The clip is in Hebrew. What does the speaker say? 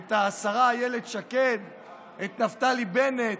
את השרה אילת שקד ואת נפתלי בנט